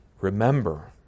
remember